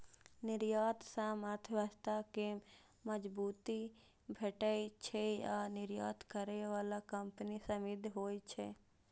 निर्यात सं अर्थव्यवस्था कें मजबूती भेटै छै आ निर्यात करै बला कंपनी समृद्ध होइ छै